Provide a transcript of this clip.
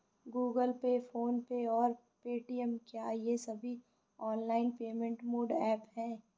Google pay phone pay और Paytm क्या ये सभी ऑनलाइन पेमेंट मोड ऐप हैं?